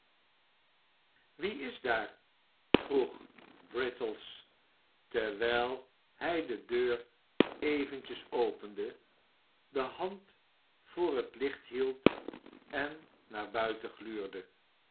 wie is daar vroeg brittles terwijl hij de deur eventjes opende de hand voor het licht hield en naar buiten gluurde